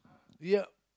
yup